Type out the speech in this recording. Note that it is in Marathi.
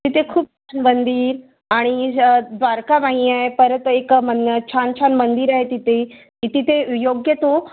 तिथे खूप मंदिर आणि द्वारकामाई आहे परत एक मन छान छान मंदिर आहे तिथे ति तिथे योग्य तो